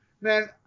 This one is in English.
man